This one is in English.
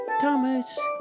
Thomas